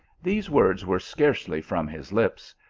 these words were scarcely from his lips,